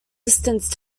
distance